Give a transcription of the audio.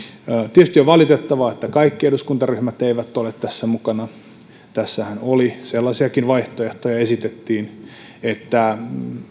tietysti on valitettavaa että kaikki eduskuntaryhmät eivät ole tässä mukana tässähän sellaisiakin vaihtoehtoja esitettiin että